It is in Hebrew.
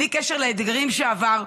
בלי קשר לאתגרים שעבר,